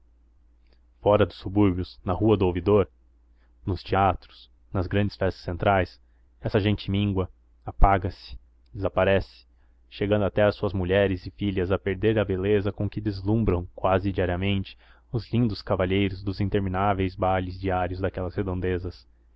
fora dos subúrbios na rua do ouvidor nos teatros nas grandes festas centrais essa gente míngua apaga se desaparece chegando até as suas mulheres e filhas a perder a beleza com que deslumbram quase diariamente os lindos cavalheiros dos interminá veis bailes diários daquelas redondezas